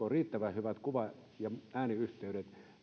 on riittävän hyvät kuva ja ääniyhteydet